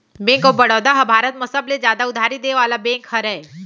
bank of Baroda ह भारत म सबले जादा उधारी देय वाला बेंक हरय